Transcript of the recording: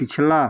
पिछला